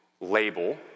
label